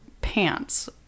pants